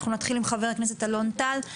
נתחיל עם חבר הכנסת אלון טל.